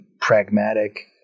pragmatic